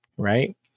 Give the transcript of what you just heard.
right